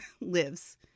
lives